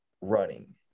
running